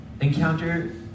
encounter